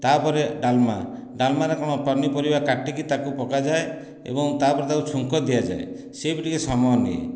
ତା'ପରେ ଡାଲମା ଡାଲମା ରେ କଣ ପନିପରିବା କାଟିକି ତାକୁ ପକାଯାଏ ଏବଂ ତାପରେ ତାକୁ ଛୁଙ୍କ ଦିଆଯାଏ ସେ ବି ଟିକେ ସମୟ ନିଏ